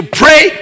pray